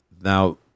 Now